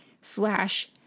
slash